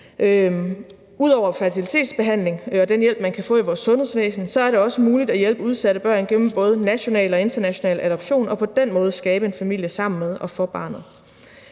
Ud over fertilitetsbehandling og den hjælp, man kan få i vores sundhedsvæsen, er det også muligt at hjælpe udsatte børn gennem både national og international adoption, og på den måde kan man sammen skabe en familie